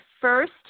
first